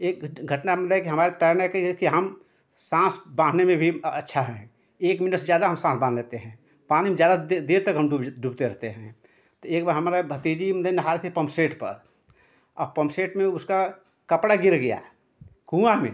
एक घटना मतलब कि हमारे तैरने की ये है कि हम साँस बाँधने में भी अच्छा हैं एक मिनट से ज़्यादा हम साँस बाँध लेते हैं पानी में ज़्यादा देर तक हम डूबते रहते हैं तो एक बार हमारा भतीजी मतलब नहा रही थी पंपसेट पर पंपसेट में उसका कपड़ा गिर गया कुआँ में